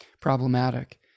problematic